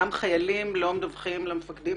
גם חיילים לא מדווחים למפקדים